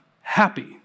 happy